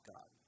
God